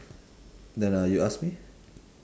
then uh you ask me